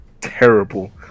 terrible